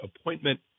appointment